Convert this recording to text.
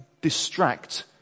distract